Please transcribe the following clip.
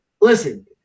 Listen